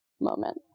moment